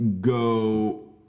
go